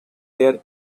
their